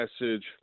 message